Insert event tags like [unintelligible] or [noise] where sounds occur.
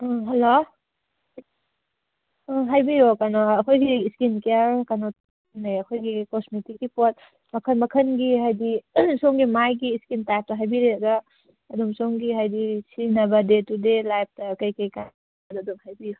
ꯎꯝ hello um ꯍꯥꯏꯕꯤꯌꯨꯑꯣ ꯀꯩꯅꯣ ꯑꯩꯈꯣꯏꯒꯤ ꯁ꯭ꯀꯤꯟ ꯀꯤꯌꯥꯔ ꯀꯩꯅꯣꯅꯦ ꯑꯩꯈꯣꯏꯒꯤ ꯀꯣꯁꯃꯦꯇꯤꯛꯀꯤ ꯄꯣꯠ ꯃꯈꯜ ꯃꯈꯜꯒꯤ ꯍꯥꯏꯗꯤ ꯁꯣꯝꯒꯤ ꯃꯥꯏꯒꯤ ꯁ꯭ꯀꯤꯟ ꯇꯥꯏꯞꯇꯨ ꯍꯥꯏꯕꯤꯔꯒ ꯑꯗꯨꯝ ꯁꯣꯝꯒꯤ ꯍꯥꯏꯗꯤ ꯁꯤꯖꯤꯟꯅꯕ ꯗꯦ ꯇꯨꯗꯦ ꯂꯥꯏꯐꯇ ꯀꯔꯤ ꯀꯔꯤ [unintelligible] ꯑꯗꯨꯝ ꯍꯥꯏꯕꯤꯌꯨ